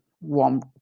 warm